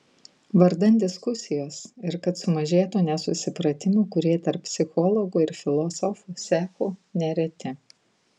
vardan diskusijos ir kad sumažėtų nesusipratimų kurie tarp psichologų ir filosofų cechų nereti